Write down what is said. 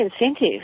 incentive